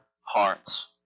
hearts